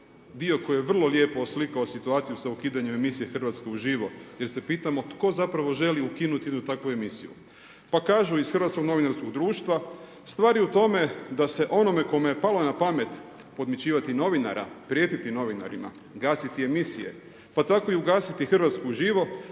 dio koji je vrlo lijepo oslikao situaciju sa ukidanjem emisije Hrvatska uživo jer se pitamo tko zapravo želi ukinuti jednu takvu emisiju. Pa kažu iz Hrvatskog novinarskog društva, stvar je u tome da se onome kome je palo na pamet podmićivati novinara, prijetiti novinarima, gasiti emisije pa tako ugasiti Hrvatsku uživo